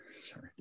Sorry